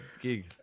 gig